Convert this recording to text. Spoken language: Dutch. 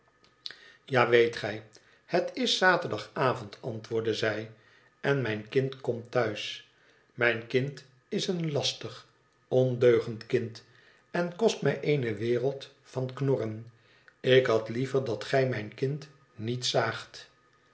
ja weet gij het is zaterdagavond antwoordde zij en mijn kind komt thuis mijn kind is een lastig ondeugend kind en kost mij eene wereld van knorren ik had liever dat gij mijn kind niet zaagt